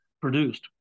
produced